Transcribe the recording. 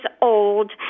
old